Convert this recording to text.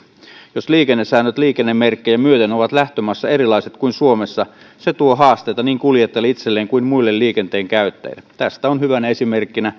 jos liikennesäännöt liikennemerkkejä myöten ovat lähtömaassa erilaiset kuin suomessa se tuo haasteita niin kuljettajalle itselleen kuin muille liikenteenkäyttäjille tästä on hyvänä esimerkkinä